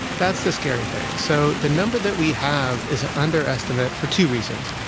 that's the scary thing. so the number that we have is an underestimate for two reasons.